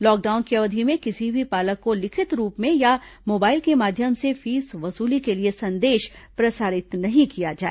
lockdown की अवधि में किसी भी पालक को लिखित रूप में या मोबाइल के माध्यम से फीस वसूली के लिए संदेश प्रसारित नहीं किया जाए